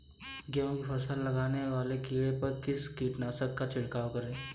गेहूँ की फसल में लगने वाले कीड़े पर किस कीटनाशक का छिड़काव करें?